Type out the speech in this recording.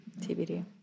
TBD